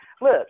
look